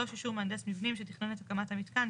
(3) אישור מהנדס מבנים שתכנן את הקמת המיתקן,